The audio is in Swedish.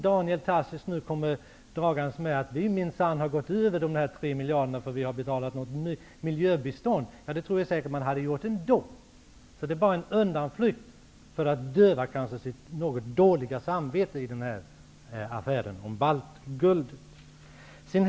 Daniel Tarschys kommer nu dragandes med att man minsann överskrider de 3 miljarderna genom att man också betalar ett miljöbistånd. Det tror jag att man säkerligen hade gjort ändå. Det är kanske bara en undanflykt för att döva det dåliga samvetet över affären med baltguldet.